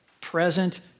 present